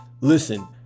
listen